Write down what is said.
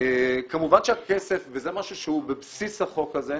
כמובן שהכסף, וזה משהו שהוא בבסיס החוק הזה,